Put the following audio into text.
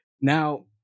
now